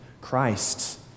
Christ